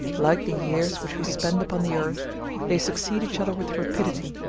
like the years which we spend upon the earth they succeed each other with rapidity,